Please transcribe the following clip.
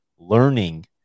learning